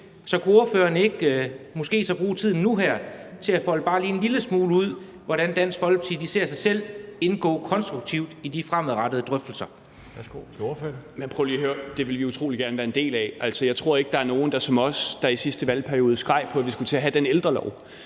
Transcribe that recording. Så kunne ordføreren måske ikke bruge tiden nu her til at folde bare en lille smule ud, hvordan Dansk Folkeparti ser sig selv indgå konstruktivt i de fremadrettede drøftelser?